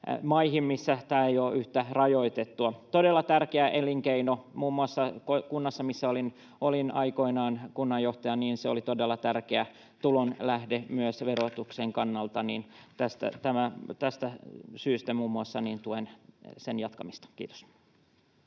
maihin, missä tämä ei ole yhtä rajoitettua — todella tärkeä elinkeino. Muun muassa kunnassa, missä olin aikoinaan kunnanjohtajana, se oli todella tärkeä tulonlähde myös verotuksen kannalta. Muun muassa tästä syystä tuen sen jatkamista. — Kiitos.